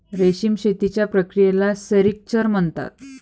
रेशीम शेतीच्या प्रक्रियेला सेरिक्चर म्हणतात